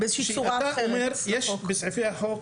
יש בסעיפי החוק